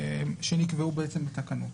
שנקבעו בתקנות.